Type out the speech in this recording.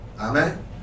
Amen